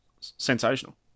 sensational